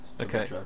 Okay